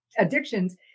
addictions